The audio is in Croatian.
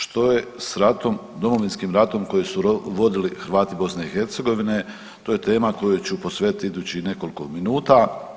Što je s ratom, Domovinskim ratom koji su vodili Hrvati BiH, to je tema kojoj ću posvetiti idućih nekoliko minuta.